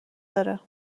داره